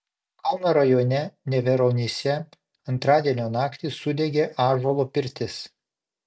kauno rajone neveronyse antradienio naktį sudegė ąžuolo pirtis